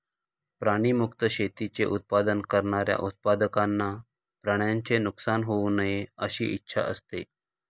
प्राणी मुक्त शेतीचे उत्पादन करणाऱ्या उत्पादकांना प्राण्यांचे नुकसान होऊ नये अशी इच्छा असते